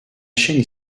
chaîne